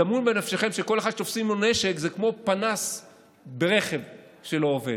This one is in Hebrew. דמיינו בנפשכם שכל אחד שתופסים לו נשק זה כמו פנס ברכב שלא עובד.